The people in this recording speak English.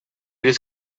just